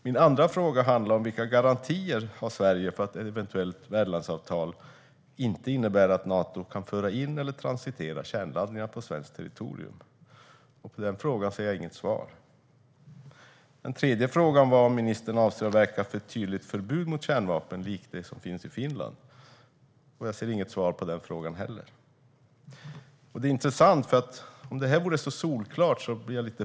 Min andra fråga handlar om vilka garantier Sverige har för att ett eventuellt värdlandsavtal inte innebär att Nato kan föra in eller transitera kärnladdningar på svenskt territorium. På den frågan får jag inget svar. Min tredje fråga är om ministern avser att verka för ett tydligt förbud mot kärnvapen likt det som finns i Finland. Jag får inget svar på den frågan heller. Jag blir lite förundrad om det här nu är så solklart.